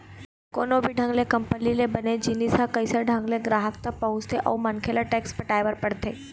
कोनो भी ढंग ले कंपनी ले बने जिनिस ह कइसे ढंग ले गराहक तक पहुँचथे अउ मनखे ल टेक्स पटाय बर पड़थे